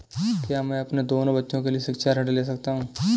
क्या मैं अपने दोनों बच्चों के लिए शिक्षा ऋण ले सकता हूँ?